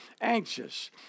anxious